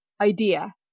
Idea